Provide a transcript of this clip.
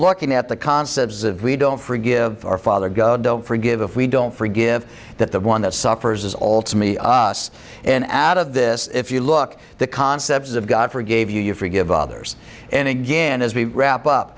looking at the concepts of we don't forgive our father go don't forgive if we don't forgive that the one that suffers is all to me us an ad of this if you look the concepts of god forgave you you forgive others and again as we wrap up